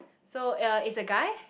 so uh is a guy